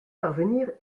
parvenir